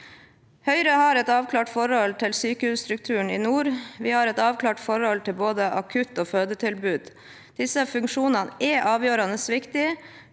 Høyre har et avklart forhold til sykehusstrukturen i nord. Vi har et avklart forhold til både akutt- og fødetilbud. Disse funksjonene er avgjørende viktig